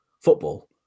football